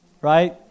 right